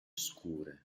scure